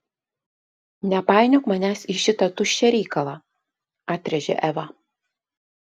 nepainiok manęs į šitą tuščią reikalą atrėžė eva